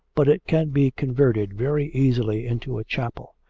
but it can be converted very easily into a chapel.